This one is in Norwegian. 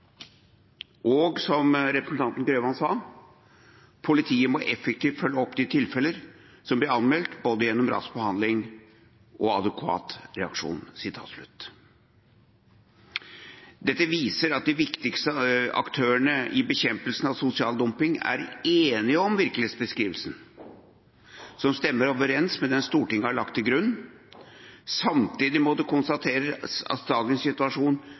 anmeldt, både gjennom rask behandling og adekvat reaksjon.» Det nevnte også representanten Grøvan. Dette viser at de viktigste aktørene i bekjempelse av sosial dumping er enige om virkelighetsbeskrivelsen, som stemmer overens med den Stortinget har lagt til grunn. Samtidig må det konstateres at dagens situasjon